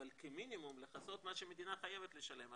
אבל כמינימום לכסות מה שמדינה חייבת לשלם,